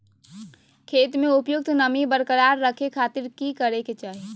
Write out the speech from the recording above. खेत में उपयुक्त नमी बरकरार रखे खातिर की करे के चाही?